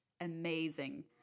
Amazing